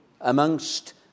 amongst